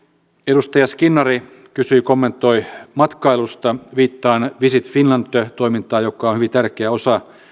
edustaja skinnari kysyi ja kommentoi matkailusta viittaan visit finland toimintaan joka on hyvin tärkeä osa